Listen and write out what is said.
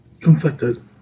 Conflicted